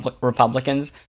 Republicans